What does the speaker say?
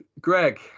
greg